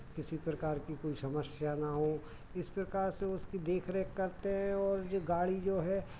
किसी प्रकार की कोई समस्या ना हो इस प्रकार से उसकी देख रेख करते हैं और ये गाड़ी जो है